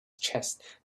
chest